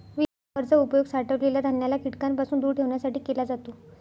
winnower चा उपयोग साठवलेल्या धान्याला कीटकांपासून दूर ठेवण्यासाठी केला जातो